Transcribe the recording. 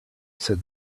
said